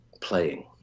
playing